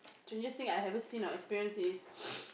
strangest thing I haven't seen or experience is